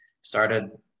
started